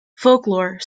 folklore